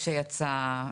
שיצא.